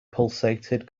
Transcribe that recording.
pulsated